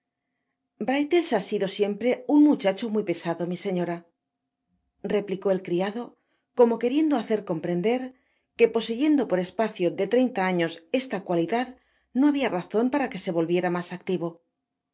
britlles ha sido siempre un muchacho muy pesado mi señora replicó el criado como queriendo hacer comprender que poseyendo por espacio de treinta años esta cualidad no habia razon para que se volviera mas activo